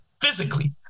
physically